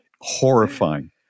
Horrifying